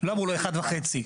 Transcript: לא אמרו לו 1.5 לדוגמה,